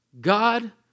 God